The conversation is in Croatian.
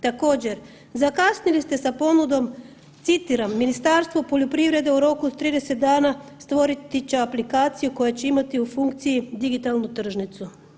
Također, zakasnili ste sa ponudom, citiram Ministarstvo poljoprivrede u roku od 30 dana stvoriti će aplikaciju koja će imati u funkciji digitalnu tržnicu.